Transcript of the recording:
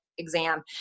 exam